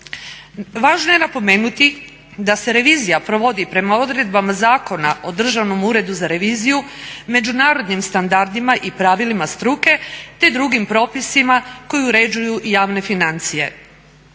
Važno je napomenuti da se revizija provodi prema odredbama Zakona o Državnom uredu za reviziju, međunarodnim standardima i pravilima struke te drugim propisima koji uređuju javne financije.